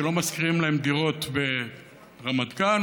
שלא משכירים להם דירות ברמת גן,